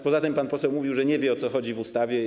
Poza tym pan poseł mówił, że nie wie, o co chodzi w ustawie.